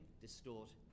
distort